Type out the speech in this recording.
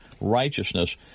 righteousness